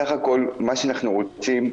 מה שאנחנו רוצים,